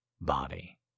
body